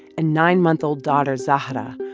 and nine month old daughter, zahra,